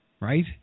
Right